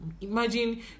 imagine